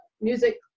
music